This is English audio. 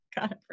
God